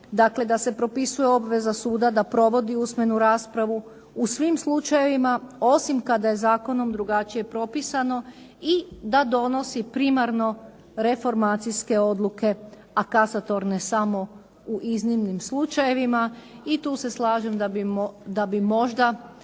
dakle da se propisuje obveza suda da provodi usmenu raspravu u svim slučajevima osim kada je zakonom drugačije propisano i da donosi primarno reformacijske odluke a kasatorne samo u iznimnim slučajevima i tu se slažem da bi možda